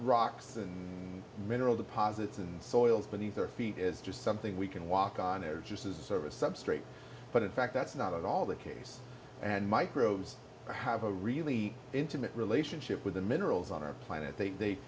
rocks and mineral deposits and soils beneath our feet is just something we can walk on there just as a service substrate but in fact that's not at all the case and microbes have a really intimate relationship with the minerals on our planet they they